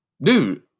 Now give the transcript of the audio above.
Dude